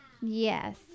Yes